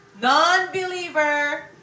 non-believer